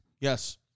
Yes